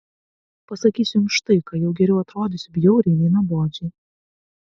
pasakysiu jums štai ką jau geriau atrodysiu bjauriai nei nuobodžiai